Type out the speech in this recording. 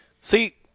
See